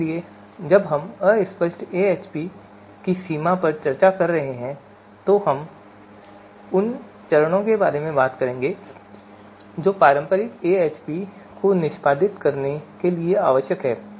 इसलिए जब हम अस्पष्ट AHP की सीमा पर चर्चा कर रहे हैं तो हम उन चरणों के बारे में भी बात करेंगे जो पारंपरिक AHP को निष्पादित करने के लिए आवश्यक हैं